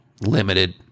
limited